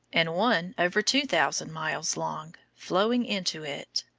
and one over two thousand miles long, flowing into it.